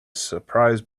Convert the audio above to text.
surprise